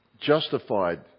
Justified